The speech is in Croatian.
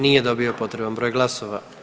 Nije dobio potreban broj glasova.